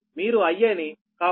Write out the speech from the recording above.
మీరు Ia ని common తీయండి